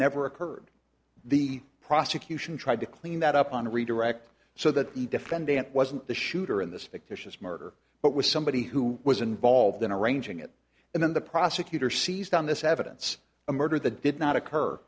never occurred the prosecution tried to clean that up on redirect so that the defendant wasn't the shooter in this fictitious murder but was somebody who was involved in arranging it and then the prosecutor seized on this evidence a murder the did not occur